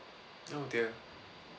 oh dear